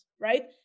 right